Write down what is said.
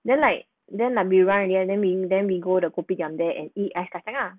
then like then when you run already right then we go the kopitiam there and eat ice kacang lah